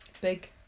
Big